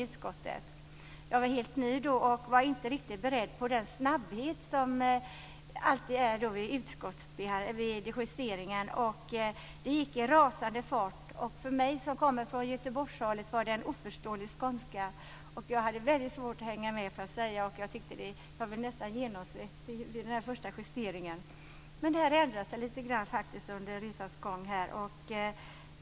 Eftersom jag var helt ny var jag inte riktigt beredd på snabbheten vid justeringar. Det gick i rasande fart. För mig som kommer från Göteborgstrakten pratade Johnny Ahlqvist en oförståelig skånska. Jag hade väldigt svårt att hänga med, och jag blev nästan genomsvettig. Men det har ändrat sig under resans gång.